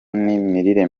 n’imirire